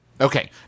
Okay